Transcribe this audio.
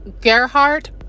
gerhardt